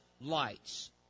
lights